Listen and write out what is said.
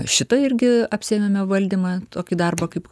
šitą irgi apsiėmėme valdymą tokį darbą kaip